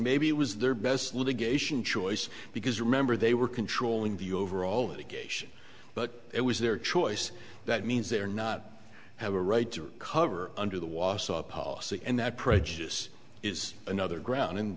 maybe it was their best litigation choice because remember they were controlling the overall a geisha but it was their choice that means they're not have a right to recover under the wausau policy and that prejudice is another ground and